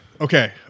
Okay